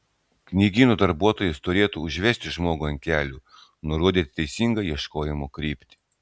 knygyno darbuotojas turėtų užvesti žmogų ant kelio nurodyti teisingą ieškojimo kryptį